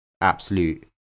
absolute